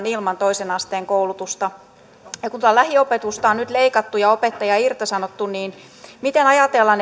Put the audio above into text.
ilman toisen asteen koulutusta kun tätä lähiopetusta on nyt leikattu ja opettajia irtisanottu niin miten ajatellaan